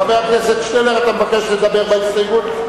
חבר הכנסת שנלר, אתה מבקש לדבר בהסתייגות?